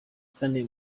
kane